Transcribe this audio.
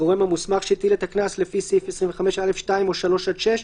הגורם המוסמך שהטיל את הקנס לפי סעיף 25(א)(2) או (3) עד (6),